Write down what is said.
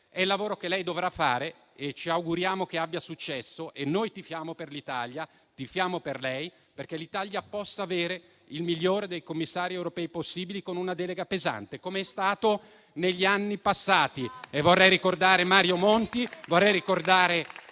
è il lavoro che lei dovrà fare e che ci auguriamo abbia successo. Noi tifiamo per l'Italia e tifiamo per lei, perché l'Italia possa avere il migliore dei commissari europei possibili, con una delega pesante, come è stato negli anni passati.